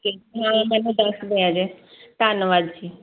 ਮੈਨੂੰ ਦੱਸ ਦਿਆ ਜੇ ਧੰਨਵਾਦ ਜੀ